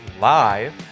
live